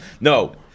No